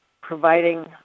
providing